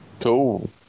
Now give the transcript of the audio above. Cool